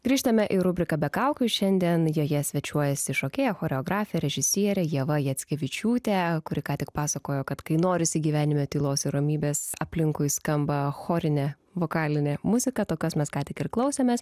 grįžtame į rubriką be kaukių šiandien joje svečiuojasi šokėja choreografė režisierė ieva jackevičiūtė kuri ką tik pasakojo kad kai norisi gyvenime tylos ir ramybės aplinkui skamba chorinė vokalinė muzika tokios mes ką tik ir klausėmės